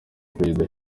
perezida